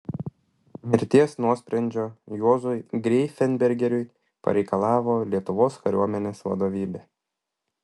mirties nuosprendžio juozui greifenbergeriui pareikalavo lietuvos kariuomenės vadovybė